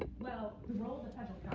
well, the role of the federal